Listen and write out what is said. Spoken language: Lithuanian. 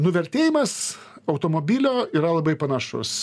nuvertėjimas automobilio yra labai panašus